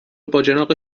باجناق